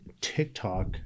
TikTok